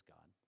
God